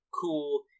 cool